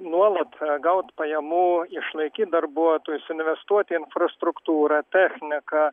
nuolat gaut pajamų išlaikyt darbuotojus investuot į infrastruktūrą techniką